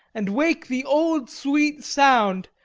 and wake the old sweet sound,